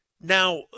now